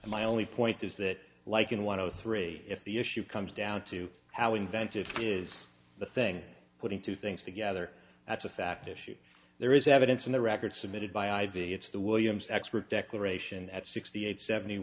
my only point is that like in one of three if the issue comes down to how inventive is the thing putting two things together that's a fact issue there is evidence in the record submitted by i v it's the williams expert declaration at sixty eight seventy